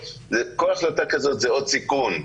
כל החלטה כזאת זה עוד סיכון,